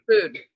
food